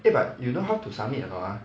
eh but you know how to submit or not ah